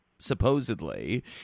supposedly